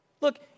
Look